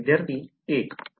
विद्यार्थीः 1